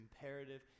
imperative